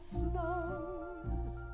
snows